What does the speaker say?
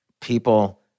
people